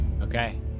Okay